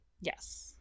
Yes